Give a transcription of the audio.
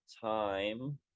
time